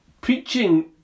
Preaching